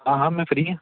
ਹਾਂ ਹਾਂ ਮੈਂ ਫ੍ਰੀ ਹਾਂ